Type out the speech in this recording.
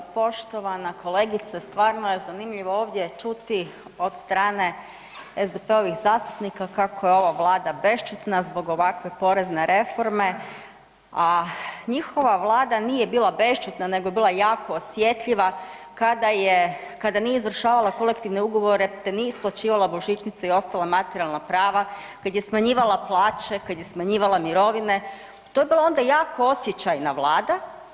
Poštovana kolegice stvarno je zanimljivo ovdje čuti od strane SDP-ovih zastupnika kako je ova Vlada bešćutna zbog ovakve porezne reforme, a njihova Vlada nije bila bešćutna nego je bila jako osjetljiva kada nije izvršavala kolektivne ugovore, te nije isplaćivala božićnice i ostala materijalna prava, kad je smanjivala plaće, kad je smanjivala mirovine to je bila onda jako osjećajna Vlada.